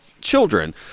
children